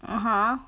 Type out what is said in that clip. !huh!